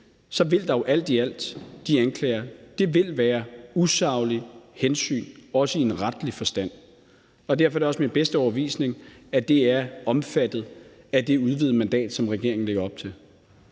så vil de anklager jo alt i alt være usaglige hensyn, også i retlig forstand. Derfor er det også min bedste overbevisning, at det er omfattet af det udvidede mandat, som regeringen lægger op til.